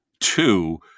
two